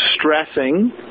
stressing